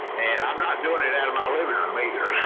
and i'm not doing it out of my living room either.